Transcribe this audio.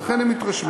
ולכן הם מתרשמים.